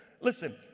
Listen